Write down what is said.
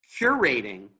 curating